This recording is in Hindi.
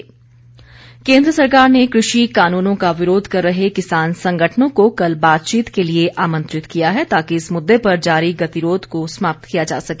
किसान केन्द्र सरकार ने कृषि कानूनों का विरोध कर रहे किसान संगठनों को कल बातचीत के लिए आमंत्रित किया है ताकि इस मुद्दे पर जारी गतिरोध समाप्त किया जा सके